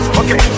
okay